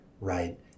right